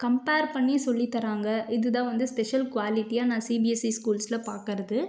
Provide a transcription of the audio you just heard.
compare பண்ணி சொல்லித்தராங்க இதுதான் வந்து ஸ்பெஷல் குவாலிட்டியாக நான் சிபிஎஸ்சி ஸ்கூல்ஸ்ல பார்க்கறது